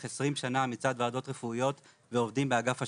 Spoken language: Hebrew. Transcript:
20 שנה מצד ועדות רפואיות ועובדים באגף השיקום.